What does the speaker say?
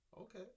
Okay